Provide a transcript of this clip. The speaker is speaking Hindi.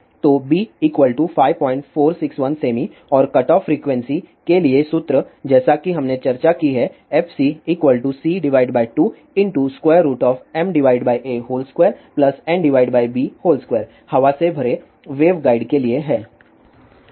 तो b 5461 सेमी और कटऑफ फ्रीक्वेंसी के लिए सूत्र जैसा कि हमने चर्चा की है fcc2ma2nb2 हवा से भरे वेवगाइड के लिए है